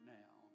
now